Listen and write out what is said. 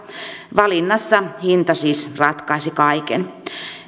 valinnassa hinta siis ratkaisi kaiken